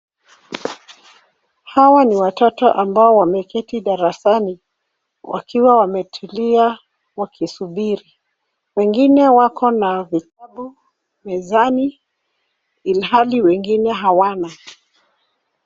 Hawa ni watoto ambao wameketi darasani wakiwa wametulia wakisubiri. Wengine wako na vitabu mezani ilhali wengine hawana.